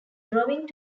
drawing